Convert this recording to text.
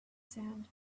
sand